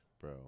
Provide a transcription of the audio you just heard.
Bro